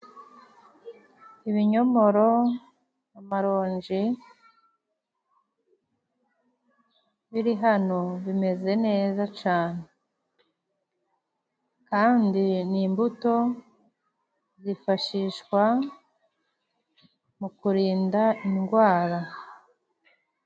Ibinyomoro, amaronji biri hano bimeze neza cane. Kandi ni imbuto zifashishwa mukurinda indwara.